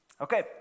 Okay